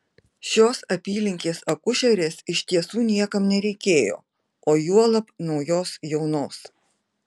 šios apylinkės akušerės iš tiesų niekam nereikėjo o juolab naujos jaunos